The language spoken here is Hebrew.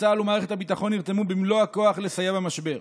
שבה צה"ל ומערכת הביטחון נרתמו במלוא הכוח לסייע במשבר".